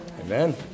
Amen